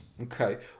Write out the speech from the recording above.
Okay